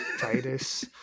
Titus